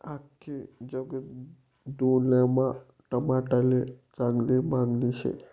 आख्खी जगदुन्यामा टमाटाले चांगली मांगनी शे